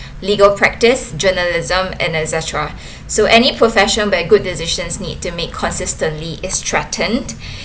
legal practice journalism and et cetera so any profession by good decisions need to make consistently is threatened